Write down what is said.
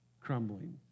crumbling